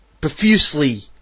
profusely